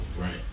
right